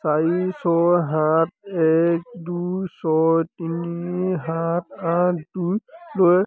চাৰি ছয় সাত এক দুই ছয় তিনি সাত আঠ দুইলৈ